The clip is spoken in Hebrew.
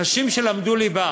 אנשים שלמדו ליבה,